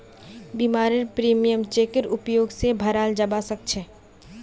बीमारेर प्रीमियम चेकेर उपयोग स भराल जबा सक छे